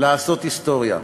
לעשות היסטוריה.